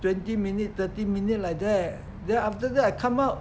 twenty minute thirty minute like that then after that I come out